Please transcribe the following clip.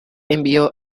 envió